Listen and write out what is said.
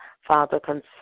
Father